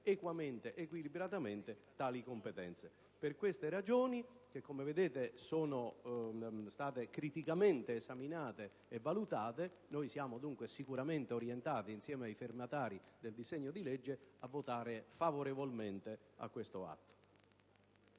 equamente ed equilibratamente tali competenze. Per queste ragioni che, come vedete, sono state criticamente esaminate e valutate, siamo sicuramente orientati, insieme ai firmatari del disegno di legge, a votare a favore dello stesso.